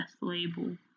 label